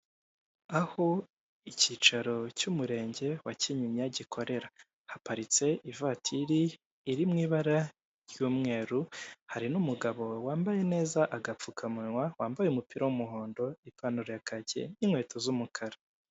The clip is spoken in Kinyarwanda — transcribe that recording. Aho icyicaro cy'umurenge wa kinyinya gikorera haparitse ivatiri iri mu ibara ry'umweru hari n'umugabo wambaye neza agapfukamunwa wambaye umupira w'umuhondo ipantaro ya kaki n'inkweto z'umukara.